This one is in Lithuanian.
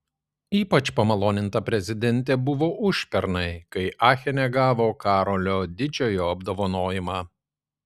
ypač pamaloninta prezidentė buvo užpernai kai achene gavo karolio didžiojo apdovanojimą